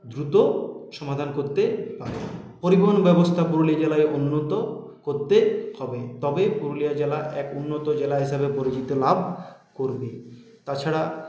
দ্রুত সমাধান করতে পারে পরিবহন ব্যবস্থা পুরুলিয়া জেলায় উন্নত করতে হবে তবেই পুরুলিয়া জেলা এক উন্নত জেলা হিসেবে পরিচিতি লাভ করবে তাছাড়া